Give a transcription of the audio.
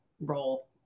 role